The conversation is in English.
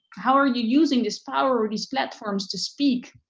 how are using this power or these platforms to speak